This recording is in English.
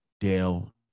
Dale